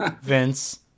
Vince